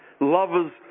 lovers